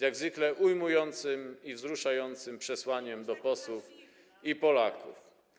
jak zwykle z ujmującym i wzruszającym przesłaniem do posłów i Polaków.